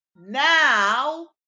Now